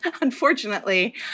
Unfortunately